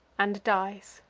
and dies.